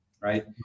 right